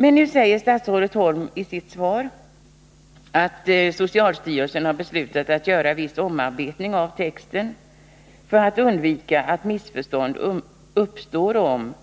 Men nu säger statsrådet Holm i sitt svar att socialstyrelsen ”har beslutat att göra viss omarbetning av texten för att undvika att missförstånd uppstår om